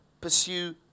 pursue